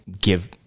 give